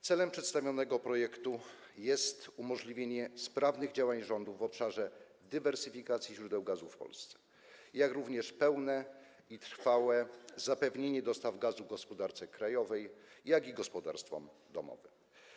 Celem przedstawionego projektu jest umożliwienie sprawnych działań rządu w obszarze dywersyfikacji źródeł gazu w Polsce, jak również pełne i trwałe zapewnienie dostaw gazu gospodarce krajowej, jak i gospodarstwom domowym.